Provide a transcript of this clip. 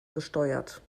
gesteuert